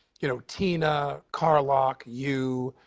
you know, tina, carlock, you,